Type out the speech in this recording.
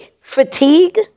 fatigue